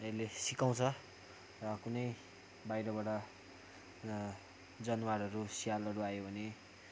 यसले सिकाउँछ र कुनै बाहिरबाट जनवारहरू स्यालहरू आयो भने